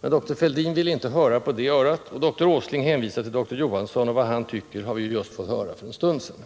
Men doktor Fälldin ville inte höra på det örat, och doktor Åsling hänvisade till doktor Johansson, och vad han tycker har vi ju just fått höra för en stund sedan.